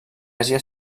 àsia